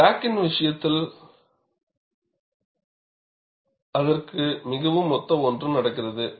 கிராக்கின் விஷயத்தில் அதற்கு மிகவும் ஒத்த ஒன்று நடக்கிறது